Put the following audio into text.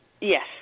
Yes